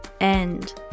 End